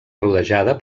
rodejada